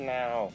now